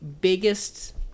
biggest